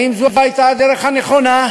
האם זו הייתה הדרך הנכונה?